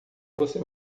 você